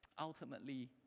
Ultimately